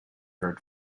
heard